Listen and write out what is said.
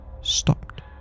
stopped